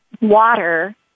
water